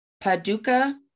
Paducah